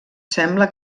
sembla